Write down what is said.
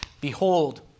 Behold